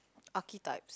archetypes